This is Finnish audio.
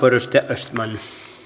arvoisa